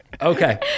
Okay